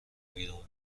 بیرون